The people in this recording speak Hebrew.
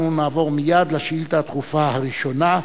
נעבור מייד לשאילתא הדחופה הראשונה,